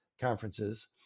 conferences